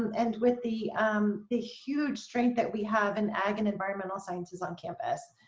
and with the um the huge strength that we have in ag and environmental sciences on campus,